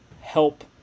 help